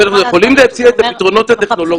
ואנחנו יכולים להציע את הפתרונות הטכנולוגיים.